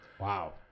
Wow